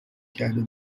کرده